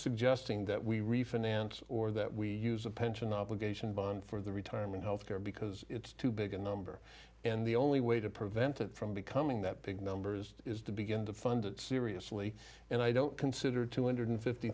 suggesting that we refinance or that we use a pension obligation for the retirement health care because it's too big a number in the only way to prevent it from becoming that big numbers is to begin to fund it seriously and i don't consider two hundred fifty